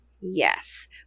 Yes